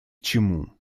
чему